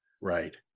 Right